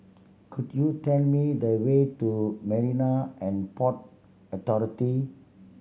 could you tell me the way to Marine And Port Authority